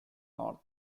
north